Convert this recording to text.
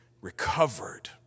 recovered